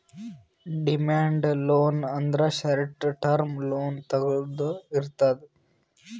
demand loan ಅಂದ್ರ short term loan ತೊಗೊಳ್ದೆ ಇರ್ತದ್